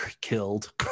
killed